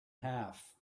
half